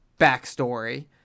backstory